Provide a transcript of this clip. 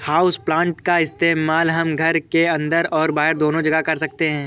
houseplant का इस्तेमाल हम घर के अंदर और बाहर दोनों जगह कर सकते हैं